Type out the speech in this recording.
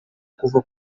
kuva